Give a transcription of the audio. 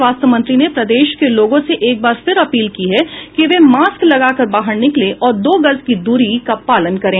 स्वास्थ्य मंत्री ने प्रदेश के लोगों से एक बार फिर अपील की है कि वे मास्क लगाकर बाहर निकलें और दो गज की दूरी का पालन करें